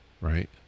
right